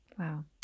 Wow